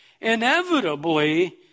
inevitably